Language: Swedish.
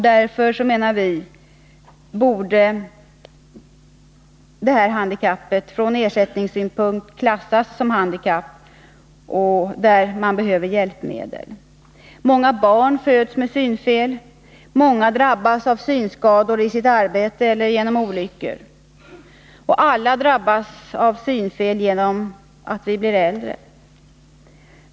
Vi menar därför att detta från ersättningssynpunkt borde klassas som handikapp där hjälpmedel behövs. Många barn föds med synfel. Många drabbas av synskador i sitt arbete eller genom olyckor. Alla drabbas vi av synsvaghet genom att vi blir äldre.